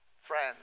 Friends